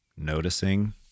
noticing